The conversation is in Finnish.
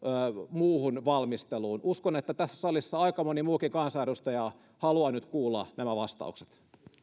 muuhun valmisteluun uskon että tässä salissa aika moni muukin kansanedustaja haluaa nyt kuulla nämä vastaukset